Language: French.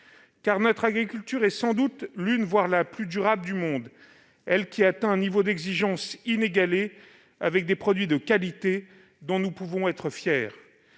Notre agriculture est sans doute l'une des plus durables, voire la plus durable, du monde. Elle atteint un niveau d'exigence inégalé, avec des produits de qualité dont nous pouvons être fiers.